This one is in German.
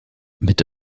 mit